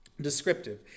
descriptive